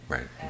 Right